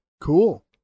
Cool